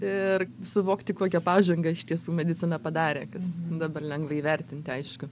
ir suvokti kokią pažangą iš tiesų medicina padarė kas dabar lengva įvertinti aišku